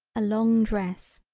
a long dress.